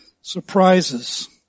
Surprises